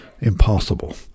impossible